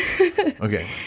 Okay